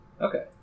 Okay